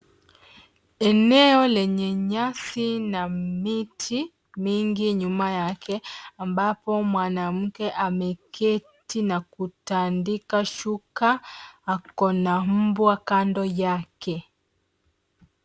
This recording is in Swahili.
Eneo lenye nyasi na miti mingi nyuma yake ambapo mwanamke ameketi na kutandika shuka ako na mbwa kando yake.